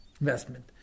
investment